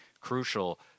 crucial